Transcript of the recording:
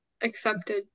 accepted